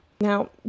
Now